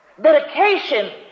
dedication